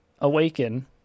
awaken